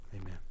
Amen